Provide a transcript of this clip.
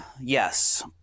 Yes